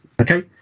okay